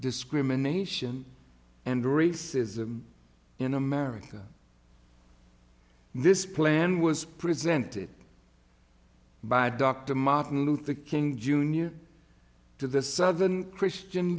discrimination and racism in america this plan was presented by dr martin luther king jr to the southern christian